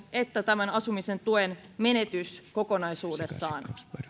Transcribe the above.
että asumisen tuen menetys kokonaisuudessaan